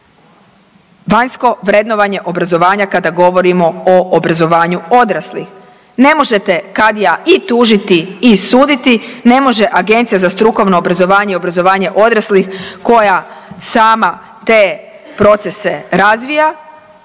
vanjsko vrednovanje obrazovanja kada govorimo o obrazovanju odraslih. Ne može te kadija i tužiti i suditi, ne može Agencija za strukovno obrazovanje i obrazovanje odraslih koja sama te procese razvija